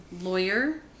lawyer